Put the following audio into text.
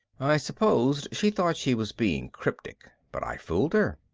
i suppose she thought she was being cryptic, but i fooled her.